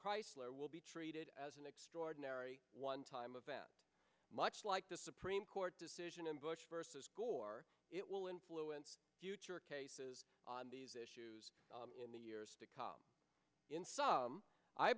chrysler will be treated as an extraordinary one time event much like the supreme court decision in bush versus gore it will influence future cases on these issues in the years to come in s